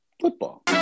football